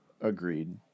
Agreed